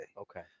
Okay